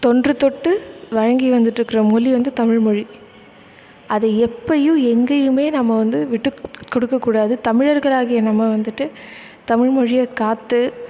தொன்று தொட்டு வழங்கி வந்துட்டிருக்குற மொழி வந்து தமிழ்மொழி அது எப்பவும் எங்கேயுமே நம்ம வந்து விட்டுக் கொடுக்கக்கூடாது தமிழர்களாகிய நம்ம வந்துட்டு தமிழ்மொழியை காத்து